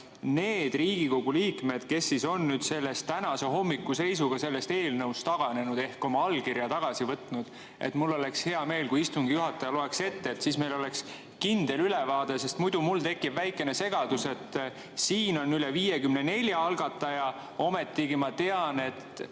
need Riigikogu liikmed, kes on tänahommikuse seisuga sellest eelnõust taganenud ehk oma allkirja tagasi võtnud? Mul oleks hea meel, kui istungi juhataja loeks nad ette, siis meil oleks kindel ülevaade. Muidu mul tekib väikene segadus. Siin on üle 54 algataja, ometigi ma tean, et